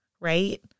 right